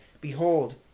Behold